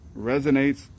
resonates